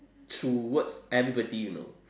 towards everybody you know